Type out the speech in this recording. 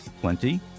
Plenty